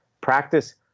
practice